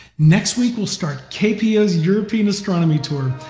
next week we'll start kpo's european astronomy tour,